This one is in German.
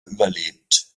überlebt